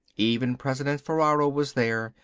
even president ferraro was there,